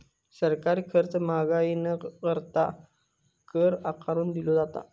सरकारी खर्च महागाई न करता, कर आकारून दिलो जाता